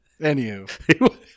anywho